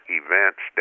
events